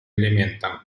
элементам